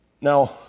Now